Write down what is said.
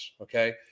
okay